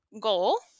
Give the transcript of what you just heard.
goal